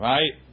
Right